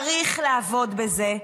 צריך לעבוד בזה,